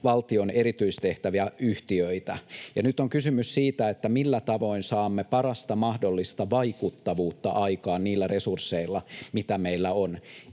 valtion erityistehtäväyhtiöitä ja millä tavoin saamme parasta mahdollista vaikuttavuutta aikaan niillä resursseilla, mitä meillä on.